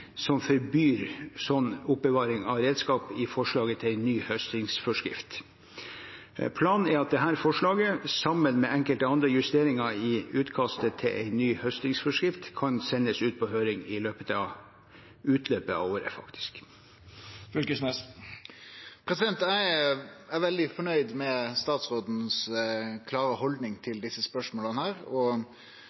som forbyr sånn oppbevaring av redskap, i forslaget til en ny høstingsforskrift. Planen er at dette forslaget, sammen med enkelte andre justeringer i utkastet til en ny høstingsforskrift, kan sendes ut på høring innen utløpet av året. Eg er veldig fornøgd med den klare haldninga statsråden har til desse spørsmåla, og